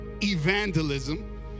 evangelism